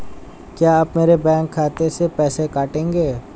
क्या आप मेरे बैंक खाते से पैसे काटेंगे?